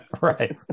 Right